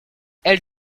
elle